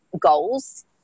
goals